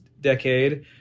decade